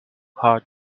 heart